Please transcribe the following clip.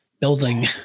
building